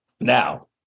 Now